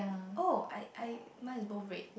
oh I I mine is both red